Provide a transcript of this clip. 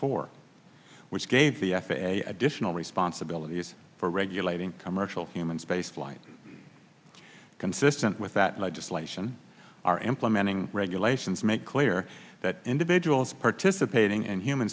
four which gave the f a a additional responsibilities for regulating commercial human space flight consistent with that legislation are implementing regulations make clear that individuals participating in human